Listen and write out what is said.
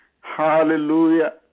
Hallelujah